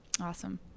Awesome